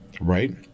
Right